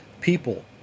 People